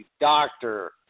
Doctor